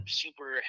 super